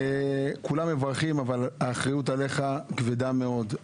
כולם מברכים אבל האחריות עליך כבדה מאוד.